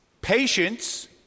patience